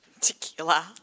Tequila